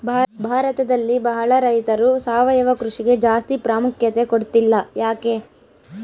ಭಾರತದಲ್ಲಿ ಬಹಳ ರೈತರು ಸಾವಯವ ಕೃಷಿಗೆ ಜಾಸ್ತಿ ಪ್ರಾಮುಖ್ಯತೆ ಕೊಡ್ತಿಲ್ಲ ಯಾಕೆ?